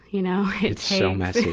you know. it's so messy.